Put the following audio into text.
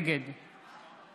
נגד